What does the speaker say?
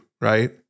right